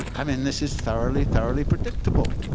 i mean, this is thoroughly, thoroughly predictable,